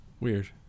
Weird